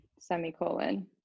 semicolon